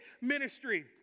ministry